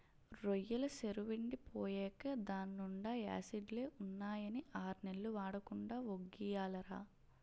రొయ్యెల సెరువెండి పోయేకా దాన్నీండా యాసిడ్లే ఉన్నాయని ఆర్నెల్లు వాడకుండా వొగ్గియాలిరా